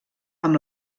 amb